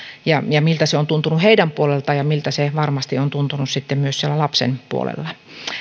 ja ja miltä se on tuntunut heidän puoleltaan ja miltä se varmasti on tuntunut sitten myös siellä lapsen puolella